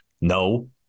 no